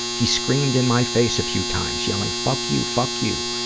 he screamed in my face a few times, yelling fuck you, fuck you.